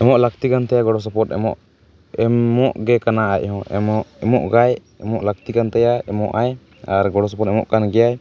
ᱮᱢᱚᱜ ᱞᱟᱹᱠᱛᱤ ᱠᱟᱱ ᱛᱟᱭᱟ ᱜᱚᱲᱚ ᱥᱚᱯᱚᱦᱚᱫ ᱮᱢᱚᱜ ᱜᱮ ᱠᱟᱱᱟ ᱟᱡᱦᱚᱸ ᱮᱢᱚᱜ ᱮᱢᱚᱜ ᱜᱟᱭ ᱮᱢᱚᱜ ᱞᱟᱹᱠᱛᱤ ᱠᱟᱱ ᱛᱟᱭᱟ ᱮᱢᱚᱜ ᱟᱭ ᱟᱨ ᱜᱚᱲᱚ ᱥᱚᱯᱚᱦᱚᱫ ᱮᱢᱚᱜ ᱠᱟᱱ ᱜᱮᱭᱟᱭ